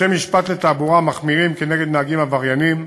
בתי-משפט לתעבורה מחמירים נגד נהגים עבריינים,